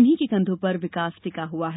इन्हीं के कंधों पर विकास टिका हुआ है